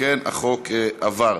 אם כן, החוק עבר.